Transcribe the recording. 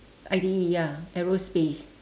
I_T_E ya aerospace